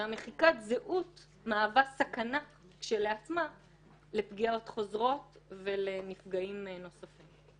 ומחיקת הזהות מהווה סכנה כשלעצמה לפגיעות חוזרות ולנפגעים נוספים.